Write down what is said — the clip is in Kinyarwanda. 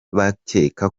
bakeka